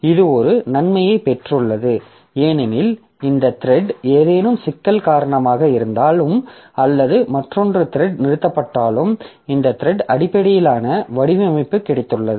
இது ஒரு நன்மையைப் பெற்றுள்ளது ஏனெனில் இந்த த்ரெட் ஏதேனும் சிக்கல் காரணமாக இருந்தாலும் அல்லது மற்றொன்று த்ரெட் நிறுத்தப்பட்டாலும் இந்த த்ரெட் அடிப்படையிலான வடிவமைப்பு கிடைத்துள்ளது